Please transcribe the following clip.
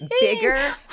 bigger